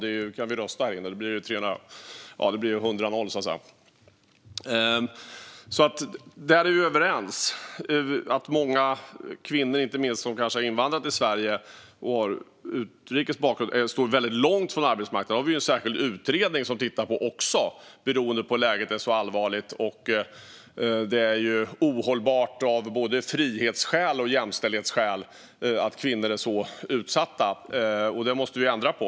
Vi skulle kunna rösta om det här inne, och då skulle det bli hundra mot noll, så att säga. Vi är överens om att många kvinnor, inte minst de som har invandrat till Sverige och har utrikes bakgrund, står väldigt långt från arbetsmarknaden. Vi har ju även en särskild utredning som tittar på detta, beroende på att läget är så allvarligt. Det är ohållbart av både frihetsskäl och jämställdhetsskäl att kvinnor är så här utsatta, och det måste vi ändra på.